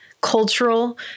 cultural